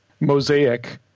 Mosaic